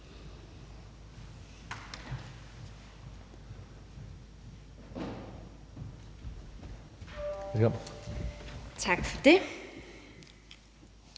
Tak for det.